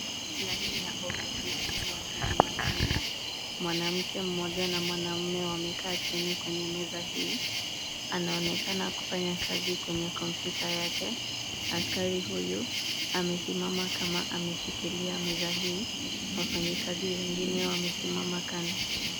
Ndani ya ofisi hii ya Huduma Kenya, mwanamke mmoja na mwanamume wamekaa chini kwenye meza hii, anaonekana kufanya kazi kwenye kompyuta yake. Askari huyu amesimama kama ameshikilia meza hii, wafanyikazi wengine wamesimama kando.